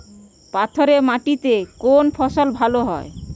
পাথরে মাটিতে কোন ফসল ভালো হয়?